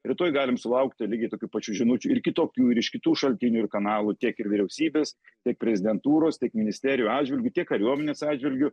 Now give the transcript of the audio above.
rytoj galim sulaukti lygiai tokių pačių žinučių ir kitokių ir iš kitų šaltinių ir kanalų tiek ir vyriausybės tiek prezidentūros tiek ministerijų atžvilgiu tiek kariuomenės atžvilgiu